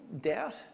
doubt